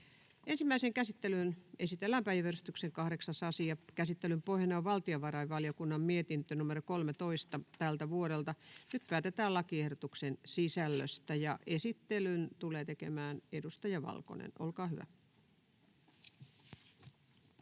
Ensimmäiseen käsittelyyn esitellään päiväjärjestyksen 8. asia. Käsittelyn pohjana on valtiovarainvaliokunnan mietintö VaVM 13/2024 vp. Nyt päätetään lakiehdotuksen sisällöstä. — Esittelyn tulee tekemään edustaja Valkonen. Olkaa hyvä.